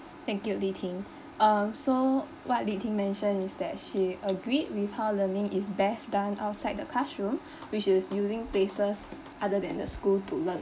thank you li-ting uh so what li-ting mentioned is that she agreed with how learning is best done outside the classroom which is using places other than the school to learn